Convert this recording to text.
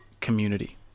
community